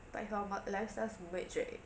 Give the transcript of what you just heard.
time how much lifestyles merge right